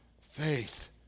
faith